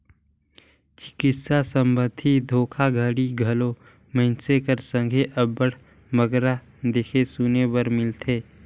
चिकित्सा संबंधी धोखाघड़ी घलो मइनसे कर संघे अब्बड़ बगरा देखे सुने बर मिलथे